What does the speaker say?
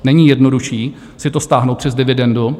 Není jednodušší si to stáhnout přes dividendu?